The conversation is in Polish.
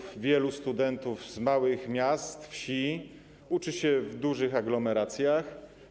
Wielu studentów z małych miast i wsi uczy się w dużych aglomeracjach.